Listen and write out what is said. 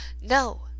no